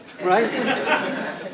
right